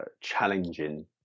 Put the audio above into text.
challenging